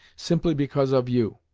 simply because of you.